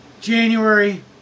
January